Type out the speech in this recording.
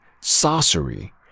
sorcery